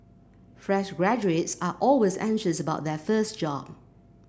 fresh graduates are always anxious about their first job